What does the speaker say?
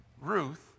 Ruth